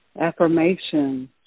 affirmation